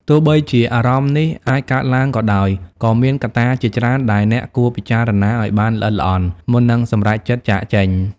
ទោះបីជាអារម្មណ៍នេះអាចកើតឡើងក៏ដោយ ក៏មានកត្តាជាច្រើនដែលអ្នកគួរពិចារណាឲ្យបានល្អិតល្អន់ មុននឹងសម្រេចចិត្តចាកចេញ។